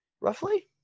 roughly